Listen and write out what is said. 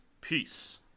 Peace